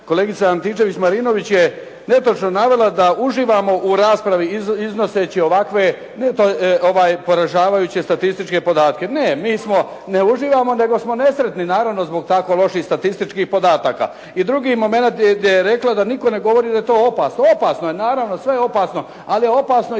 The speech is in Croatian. Kolegica Antičević-Marinović je netočno navela da uživamo u raspravi iznoseći ovakve poražavajuće statističke podatke. Ne, mi ne uživamo nego smo nesretni naravno zbog tako loših statističkih podataka. I drugi momenat je gdje je rekla da nitko ne govori da je to opasno. Opasno je naravno, sve je opasno. Ali je opasno i